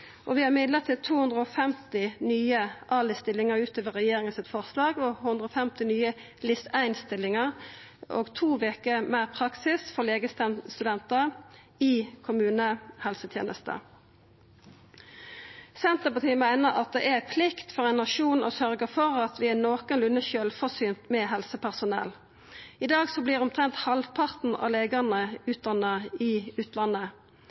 vi har midlar til 250 nye ALIS-stillingar utover forslaget frå regjeringa, 150 nye LIS1-stillingar og to veker meir praksis for legestudentar i kommunehelsetenesta. Senterpartiet meiner at det er ei plikt for ein nasjon å sørgja for at vi er nokolunde sjølvforsynte med helsepersonell. I dag vert omtrent halvparten av legane utdanna i utlandet.